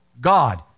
God